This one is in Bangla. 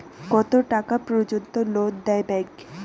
কত টাকা পর্যন্ত লোন দেয় ব্যাংক?